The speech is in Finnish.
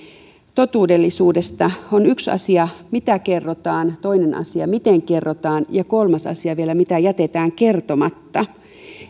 totuudellisuudesta on yksi asia mitä kerrotaan toinen asia miten kerrotaan ja kolmas asia vielä mitä jätetään kertomatta